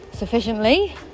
sufficiently